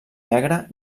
negre